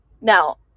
now